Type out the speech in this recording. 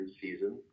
season